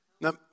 Now